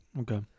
okay